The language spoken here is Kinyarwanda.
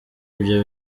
ibyo